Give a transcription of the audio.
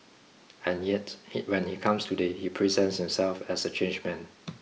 and yet he when he comes today he presents himself as a changed man